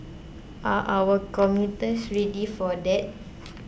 are our commuters ready for that